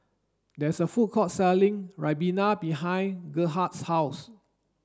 there's a food court selling Ribena behind Gerhardt's house